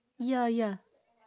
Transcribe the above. ya ya